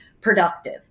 productive